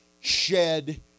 shed